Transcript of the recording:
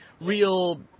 real